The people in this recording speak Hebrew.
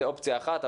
זו אופציה אחת,